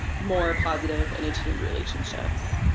more positive and attuned relationships.